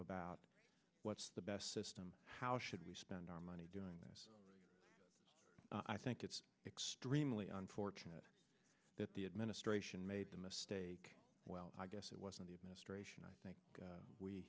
about what's the best system how should we spend our money doing this i think it's extremely unfortunate that the administration made a mistake well i guess it was in the administration i think